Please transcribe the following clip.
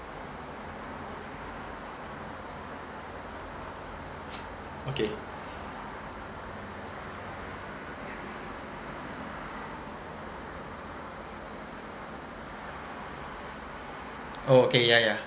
okay oh okay yeah yeah